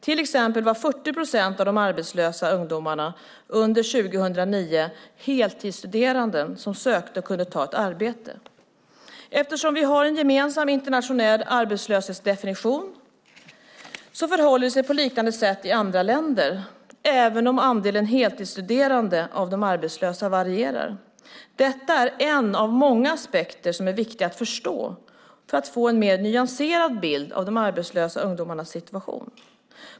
Till exempel var 40 procent av de arbetslösa ungdomarna under 2009 heltidsstuderande som sökte och kunde ta ett arbete. Eftersom vi har en gemensam internationell arbetslöshetsdefinition förhåller det sig på liknande sätt i andra länder, även om andelen heltidsstuderande av de arbetslösa varierar. Detta är en av många aspekter som är viktiga för att förstå och få en mer nyanserad bild av de arbetslösa ungdomarnas situation.